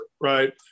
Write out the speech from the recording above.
right